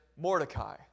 Mordecai